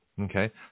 Okay